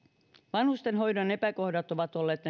vanhustenhoidon epäkohdat ovat olleet